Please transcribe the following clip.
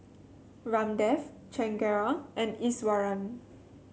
Ramdev Chengara and Iswaran